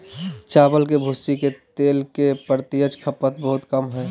चावल के भूसी के तेल के प्रत्यक्ष खपत बहुते कम हइ